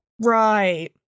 Right